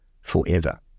forever